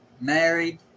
Married